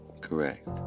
Correct